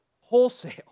wholesale